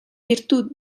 virtut